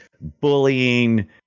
bullying